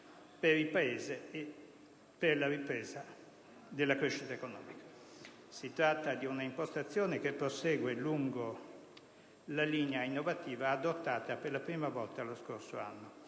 per il Paese e per la ripresa della crescita economica. Si tratta di un'impostazione che prosegue lungo la linea innovativa adottata per la prima volta lo scorso anno.